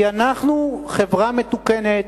כי אנחנו חברה מתוקנת,